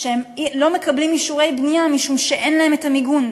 לא מקבלים אישורי בנייה משום שאין להם מיגון.